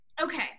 okay